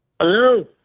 Hello